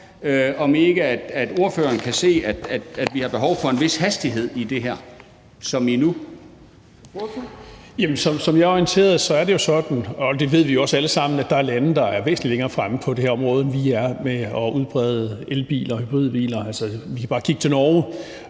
Så kan ordføreren ikke se, at vi har behov for en vis hastighed i det her – som i nu? Kl. 12:02 Fjerde næstformand (Trine Torp): Ordføreren. Kl. 12:02 Thomas Jensen (S): Vi ved jo også alle sammen, at der er lande, der er væsentligt længere fremme på det her område, end vi er, med at udbrede elbiler og hybridbiler. Vi kan bare kigge til Norge,